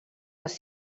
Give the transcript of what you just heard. les